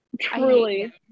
Truly